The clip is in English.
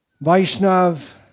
Vaishnav